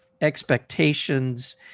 expectations